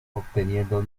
obteniendo